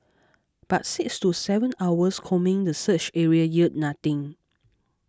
but six to seven hours combing the search area yielded nothing